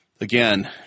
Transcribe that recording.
again